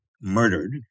murdered